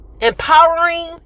Empowering